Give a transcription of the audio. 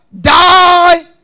die